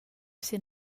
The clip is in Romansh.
sia